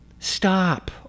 Stop